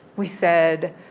we said,